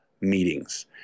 meetings